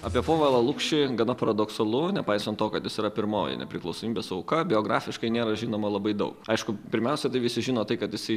apie povilą lukšį gana paradoksalu nepaisant to kad jis yra pirmoji nepriklausomybės auka biografiškai nėra žinoma labai daug aišku pirmiausia tai visi žino tai kad jisai